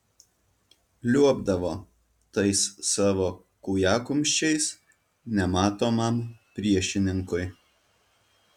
liuobdavo tais savo kūjakumščiais nematomam priešininkui